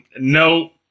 No